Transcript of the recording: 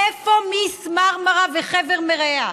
איפה מיס מרמרה וחבר מרעיה?